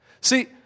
See